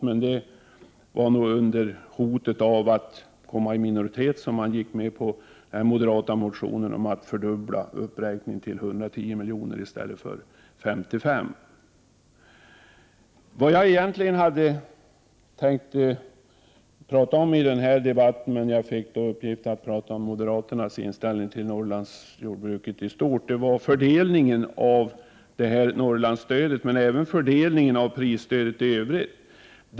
Men det var nog under hotet av att komma i minoritet som man gick med på den moderata motionen om att fördubbla uppräkningen till 110 milj.kr. i stället för 55. Vad jag egentligen hade tänkt tala om i den här debatten, innan jag fick i uppgift att tala om moderaternas inställning till Norrlandsjordbruket i stort, var fördelningen av Norrlandsstödet och även fördelningen av prisstödet i övrigt.